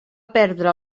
perdre